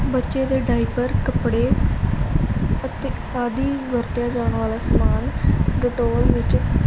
ਬੱਚੇ ਦੇ ਡਾਇਪਰ ਕੱਪੜੇ ਅਤੇ ਆਦਿ ਵਰਤਿਆ ਜਾਣ ਵਾਲਾ ਸਮਾਨ ਡਟੋਲ ਵਿੱਚ